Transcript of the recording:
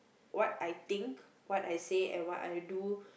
what I think what I say and what I do